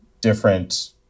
different